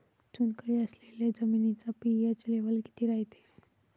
चुनखडी असलेल्या जमिनीचा पी.एच लेव्हल किती रायते?